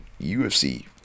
UFC